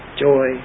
joy